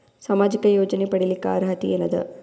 ಸಾಮಾಜಿಕ ಯೋಜನೆ ಪಡಿಲಿಕ್ಕ ಅರ್ಹತಿ ಎನದ?